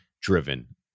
driven